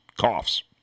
coughs